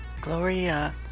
Gloria